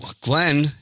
Glenn